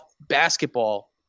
basketball